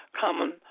common